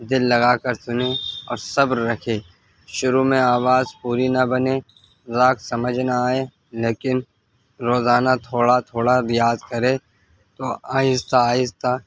دل لگا کر سنیں اور صبر رکھے شروع میں آواز پوری نہ بنے راگ سمجھ نہ آئے لیکن روزانہ تھوڑا تھوڑا ریاض کرے تو آہستہ آہستہ